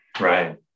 Right